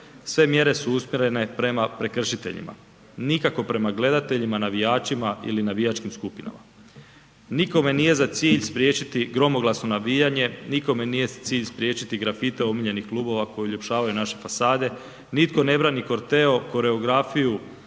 sve mjere su usmjerene prema prekršiteljima, nikao prema gledateljima, navijačima ili navijačkim skupinama. Nikome nije za cilj spriječiti gromoglasno navijanje, nikome nije za cilj spriječiti grafite omiljenih klubova koji uljepšavaju naše fasade, nitko ne brani korteo, koreografiju,